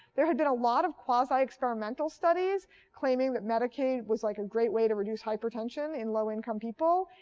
there had been a lot of quasi-experimental studies claiming that medicaid was like a great way to reduce hypertension in low income people.